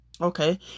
okay